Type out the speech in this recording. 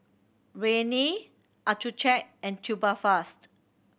Rene Accucheck and Tubifast